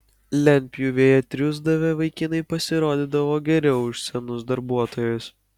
lentpjūvėje triūsdavę vaikinai pasirodydavo geriau už senus darbuotojus